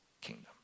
kingdom